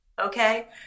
Okay